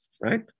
Right